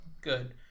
good